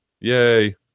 Yay